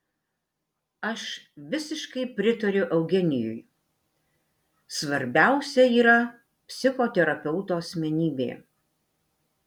aš visiškai pritariu eugenijui svarbiausia yra psichoterapeuto asmenybė